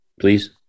Please